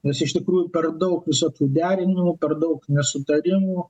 nes iš tikrųjų per daug visokių derinimų per daug nesutarimų